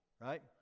right